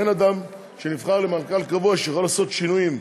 אין אדם שנבחר למנכ"ל קבוע שיוכל לעשות שינויים,